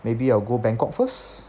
maybe I'll go bangkok first